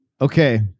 Okay